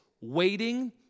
waiting